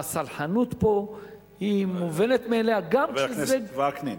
והסלחנות פה היא מובנת מאליה, חבר הכנסת וקנין,